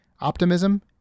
optimism